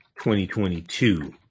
2022